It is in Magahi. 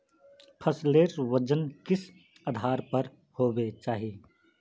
फसलेर वजन किस आधार पर होबे चही?